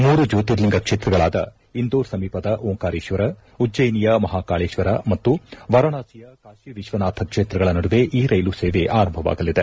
ಮೂರು ಜ್ಯೋತಿರ್ಲಿಂಗ ಕ್ಷೇತ್ರಗಳಾದ ಇಂದೋರ್ ಸಮೀಪದ ಓಂಕಾರೇಶ್ಲರ ಉಜ್ಲಯನಿಯ ಮಹಾಕಾಳೇಶ್ವರ ಮತ್ತು ವಾರಾಣಸಿಯ ಕಾಶಿ ವಿಶ್ವನಾಥ ಕ್ಷೇತ್ರಗಳ ನಡುವೆ ಈ ರೈಲು ಸೇವೆ ಆರಂಭವಾಗಲಿದೆ